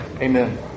Amen